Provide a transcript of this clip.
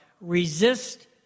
Resist